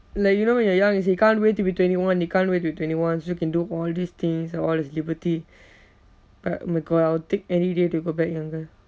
like you know when you are young you say you can't wait to be twenty one you can't wait to be twenty one so you can do all these things all these liberty but my god I'll take any day to go back younger